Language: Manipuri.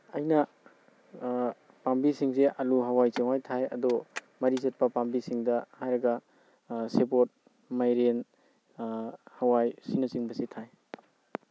ꯑꯩꯅ ꯄꯥꯝꯕꯁꯤꯡꯁꯤ ꯑꯂꯨ ꯍꯋꯥꯏ ꯆꯦꯡꯋꯥꯏ ꯊꯥꯏ ꯑꯗꯨ ꯃꯔꯤ ꯆꯠꯄ ꯄꯥꯝꯕꯤꯁꯤꯡꯗ ꯍꯥꯏꯔꯒ ꯁꯦꯕꯣꯠ ꯃꯥꯏꯔꯦꯟ ꯍꯋꯥꯏ ꯑꯁꯤꯅꯆꯤꯡꯕꯁꯤ ꯊꯥꯏ